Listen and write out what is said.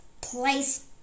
place